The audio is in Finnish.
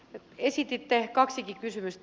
esititte kaksikin kysymystä